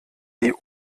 die